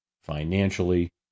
financially